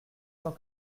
cent